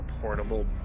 portable